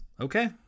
Okay